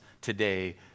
today